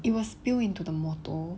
it will spill into the motor